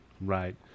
right